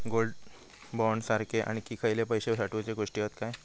Gold bond सारखे आणखी खयले पैशे साठवूचे गोष्टी हत काय?